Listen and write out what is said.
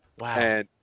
wow